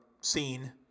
seen